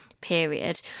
period